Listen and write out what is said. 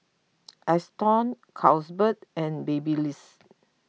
Astons Carlsberg and Babyliss